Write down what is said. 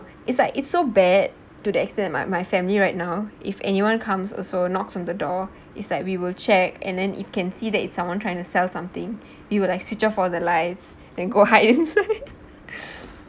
it's like it's so bad to the extend my my family right now if anyone comes also knocks on the door is like we will check and then if can see that someone trying to sell something you would like switch off all the lights then go hide inside